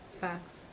Facts